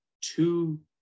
two –